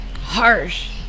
Harsh